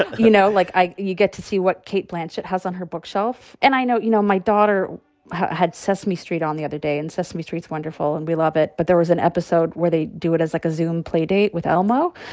you know, like, i you get to see what cate blanchett has on her bookshelf. and i know you know, my daughter had sesame street on the other day. and sesame street's wonderful, and we love it. but there was an episode where they do it as, like, a zoom playdate with elmo.